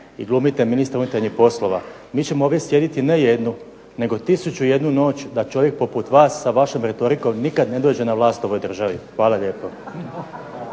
i glumite ministra unutarnjih poslova, mi ćemo ovdje sjediti ne jednu, nego tisuću i jednu noć da čovjek poput vas, sa vašom retorikom nikad ne dođe na vlast u ovoj državi. Hvala lijepo.